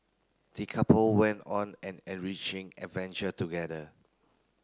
the couple went on an enriching adventure together